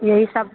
یہی سب